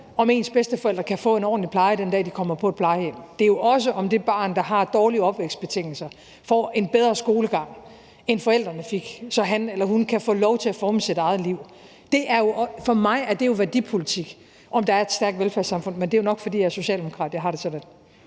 om ens bedsteforældre kan få en ordentlig pleje den dag, de kommer på et plejehjem. Det er jo også, om det barn, der har dårlige opvækstbetingelser, får en bedre skolegang, end forældrene fik, så han eller hun kan få lov til at forme sit eget liv. For mig er det jo værdipolitik, om der er et stærkt velfærdssamfund. Men det er jo nok, fordi jeg er socialdemokrat, at jeg har det sådan.